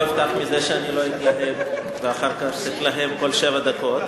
אני לא אפתח בזה שאני לא אתלהם ואחר כך אתלהם כל שבע הדקות.